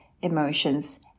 emotions